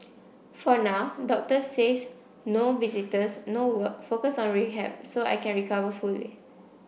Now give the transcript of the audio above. for now doctors says no visitors no work focus on rehab so I can recover fully